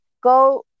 go